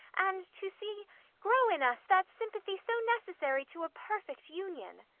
and to see grow in us that sympathy so necessary to a perfect union.